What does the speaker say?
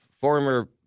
former